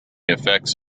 effects